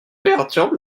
perturbe